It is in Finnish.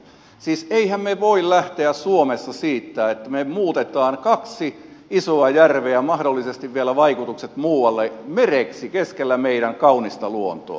siis emmehän me voi lähteä suomessa siitä että me muutamme kaksi isoa järveä mahdollisesti vielä vaikutukset muualle mereksi keskellä meidän kaunista luontoa